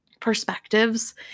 Perspectives